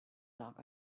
dark